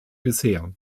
bisher